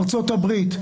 ארצות-הברית,